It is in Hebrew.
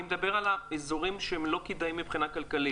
אני מדבר על האזורים שהם לא כדאיים מבחינה כלכלית.